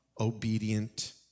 obedient